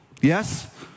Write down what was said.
Yes